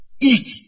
eat